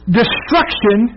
destruction